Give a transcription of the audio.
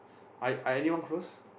I I anyone close